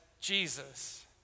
Jesus